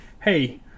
Hey